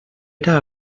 era